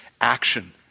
action